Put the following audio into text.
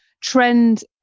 trend